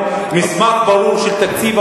פי-שניים